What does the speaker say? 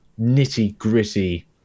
nitty-gritty